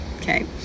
okay